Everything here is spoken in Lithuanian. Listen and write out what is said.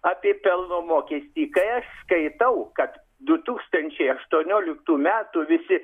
apie pelno mokestį kai aš skaitau kad du tūkstančiai aštuonioliktų metų visi